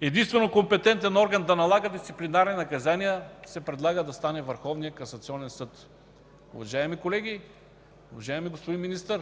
единствено компетентен орган да налага дисциплинарни наказания се предлага да стане Върховният касационен съд. Уважаеми колеги, уважаеми господин Министър,